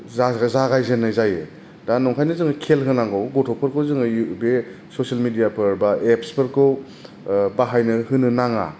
जागायजेन्नाय जायो दा नंखायनो जों खेल होनांगौ गथफोरखौ जों बे ससियेल मेदिया फोर बा एफसफोरखौ बाहायनो होनो नाङा